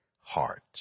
heart